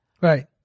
Right